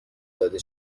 داده